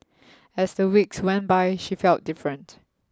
as the weeks went by she felt different